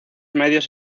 medios